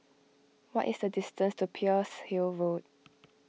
what is the distance to Pearl's Hill Road